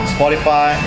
Spotify